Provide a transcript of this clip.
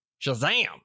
Shazam